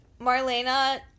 Marlena